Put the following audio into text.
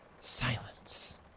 silence